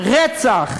רצח.